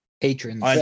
patrons